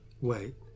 Wait